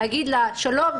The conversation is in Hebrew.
להגיד לה: שלום,